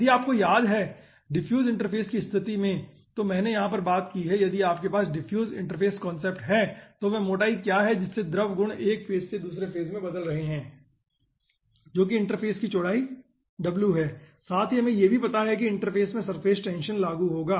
यदि आपको याद है डिफ्यूज इंटरफ़ेस की स्तिथि में तो मैंने यहाँ पर बात की है कि यदि आपके पास डिफ्यूज इंटरफ़ेस कांसेप्ट हैं तो वह मोटाई क्या है जिससे द्रव गुण एक फेज से दसूरे फेज में बदल रहे है जो कि इंटरफ़ेस की चौड़ाई w है साथ ही हमें यह भी पता है कि इंटरफ़ेस में सर्फेस टेंशन लागू होगा